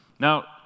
Now